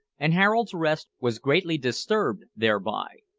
and harold's rest was greatly disturbed thereby.